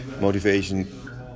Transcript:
motivation